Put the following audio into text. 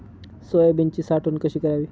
सोयाबीनची साठवण कशी करावी?